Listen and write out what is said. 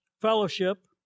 fellowship